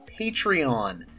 Patreon